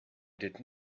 did